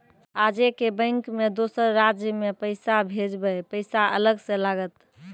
आजे के बैंक मे दोसर राज्य मे पैसा भेजबऽ पैसा अलग से लागत?